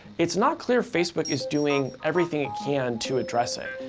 it's not clear facebook is doing everything it can to address it.